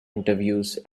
interviews